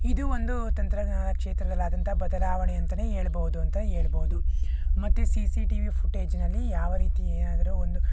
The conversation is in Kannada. ಇದು ಒಂದು ತಂತ್ರಜ್ಞಾನ ಕ್ಷೇತ್ರದಲ್ಲಿ ಆದಂಥ ಬದಲಾವಣೆ ಅಂತನೆ ಹೇಳ್ಬೋದು ಅಂತ ಹೇಳ್ಬೋದು ಮತ್ತೆ ಸಿ ಸಿ ಟಿ ವಿ ಫುಟೇಜಿನಲ್ಲಿ ಯಾವ ರೀತಿ ಏನಾದರೂ ಒಂದು